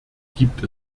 gibt